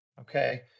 Okay